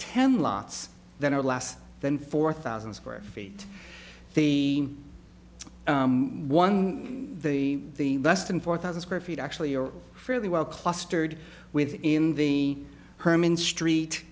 ten lots that are less than four thousand square feet the one the less than four thousand square feet actually are fairly well clustered within the herman street